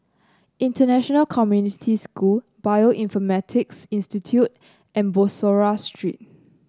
International Community School Bioinformatics Institute and Bussorah Street